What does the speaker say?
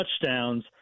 touchdowns